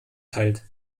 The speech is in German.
teilt